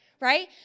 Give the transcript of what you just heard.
right